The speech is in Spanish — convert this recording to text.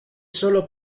sólo